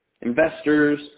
investors